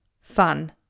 fun